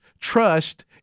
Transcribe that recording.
trust